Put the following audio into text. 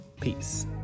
peace